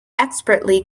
expertly